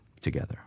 together